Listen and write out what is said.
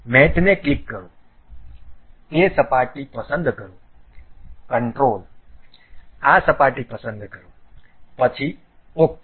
તેથી મેટને ક્લિક કરો તે સપાટી પસંદ કરો કંટ્રોલ આ સપાટી પસંદ કરો પછી OK